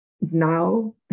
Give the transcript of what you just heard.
Now